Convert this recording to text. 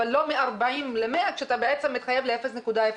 אבל לא מ-40 ל-100 כשאתה בעצם מתחייב ל-0.01.